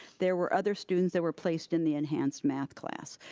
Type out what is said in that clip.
there were other students that were placed in the enhanced math class.